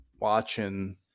watching